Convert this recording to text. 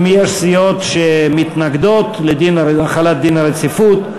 אם יש סיעות שמתנגדות להחלת דין הרציפות,